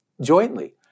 jointly